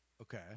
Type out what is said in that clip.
Okay